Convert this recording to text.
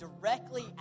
directly